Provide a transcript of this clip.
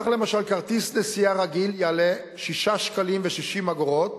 כך למשל כרטיס נסיעה רגיל יעלה 6.60 ש"ח